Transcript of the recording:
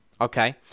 okay